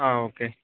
ആ ഓക്കെ